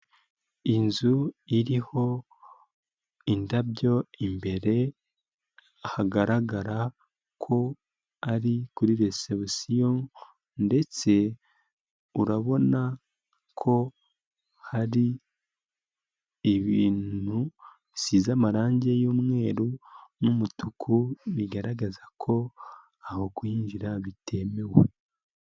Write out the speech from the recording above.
Inzu iriho indabyo, imbere hagaragara ko ari kuri resebusiyo ndetse, urabona ko hari ibintu bisize amarangi y'umweru n'umutuku, bigaragaza ko aho kuhinjira bitemewe.